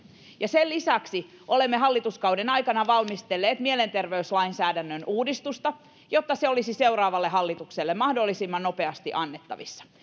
sen lisäksi olemme hallituskauden aikana valmistelleet mielenterveyslainsäädännön uudistusta jotta se olisi seuraavalle hallitukselle mahdollisimman nopeasti annettavissa